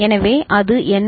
எனவே அது என்ன